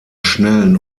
schnellen